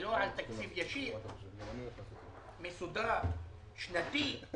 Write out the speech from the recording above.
ולא על תקציב ישיר, מסודר, שנתי,